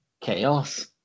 chaos